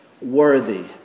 worthy